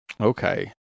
okay